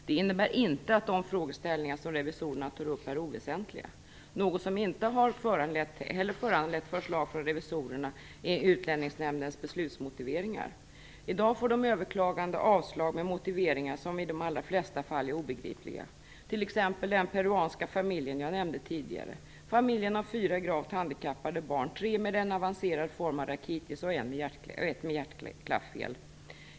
Det innebär inte att de frågeställningar som revisorerna tar upp är oväsentliga. Något som inte heller har föranlett förslag från revisorerna är Utlänningsnämndens beslutsmotiveringar. I dag får de överklagande avslag med motiveringar som i de allra flesta fall är obegripliga. T.ex. den peruanska familjen jag nämnde tidigare. Familjen har fyra gravt handikappade barn, tre med en avancerad form av rakitis och en med hjärtklaffel.